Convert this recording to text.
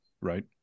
Right